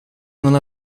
non